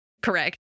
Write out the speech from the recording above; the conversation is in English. correct